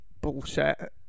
bullshit